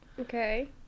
Okay